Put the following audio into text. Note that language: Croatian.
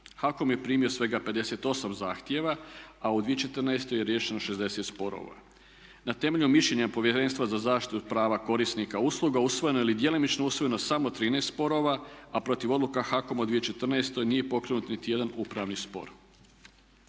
HAKOM je primio svega 58 zahtjeva, a u 2014. je riješeno 60 sporova. Na temelju mišljenja Povjerenstva za zaštitu prava korisnika usluga usvojeno je ili je djelomično usvojeno samo 13 sporova, a protiv odluka HAKOM-a u 2014. nije pokrenut niti jedan upravni spor.